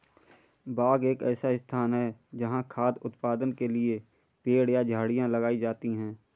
बाग एक ऐसा स्थान है जहाँ खाद्य उत्पादन के लिए पेड़ या झाड़ियाँ लगाई जाती हैं